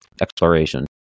exploration